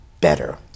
better